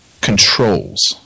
Controls